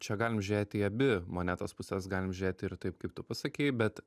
čia galim žiūrėti į abi monetos puses galim žiūrėti ir taip kaip tu pasakei bet